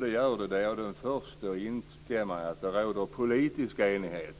Det gör det också. Jag är den förste att instämma i att det råder politisk enighet.